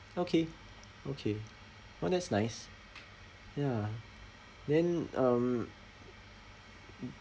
okay okay !wah! that's nice ya then um mm